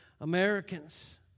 Americans